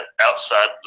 outside